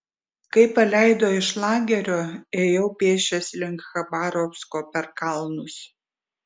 kai paleido iš lagerio ėjau pėsčias link chabarovsko per kalnus